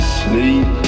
sleep